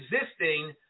existing